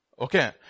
Okay